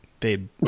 babe